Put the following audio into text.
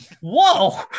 whoa